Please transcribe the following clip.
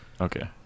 Okay